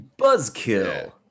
buzzkill